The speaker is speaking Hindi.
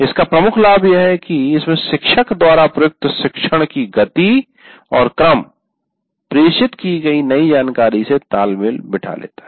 इसका प्रमुख लाभ यह है कि इसमें शिक्षक द्वारा प्रयुक्त शिक्षण की गति और क्रम प्रेषित की गयी नई जानकारी से तालमेल बिठा लेता है